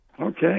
Okay